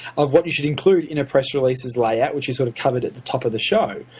of what you should include in a press release's layout, which is sort of covered at the top of the show.